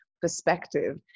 perspective